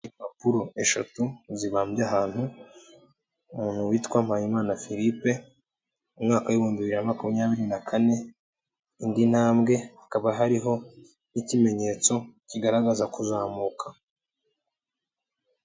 Impapuro eshatu zibambye ahantu umuntu witwa Mpayimana Philippe mu mwaka w'ibihumbi bibiri na makumyabiri na kane, indi ntambwe hakaba hariho n'ikimenyetso kigaragaza kuzamuka.